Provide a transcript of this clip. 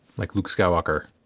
like luke skywalker,